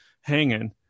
hanging